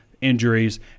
injuries